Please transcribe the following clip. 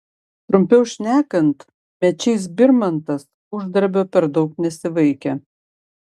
trumpiau šnekant mečys birmantas uždarbio per daug nesivaikė